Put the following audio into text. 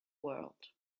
world